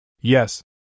Yes